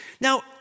Now